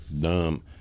dumb